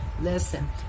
listen